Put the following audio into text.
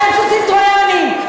אתם סוסים טרויאניים,